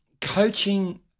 coaching